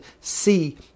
see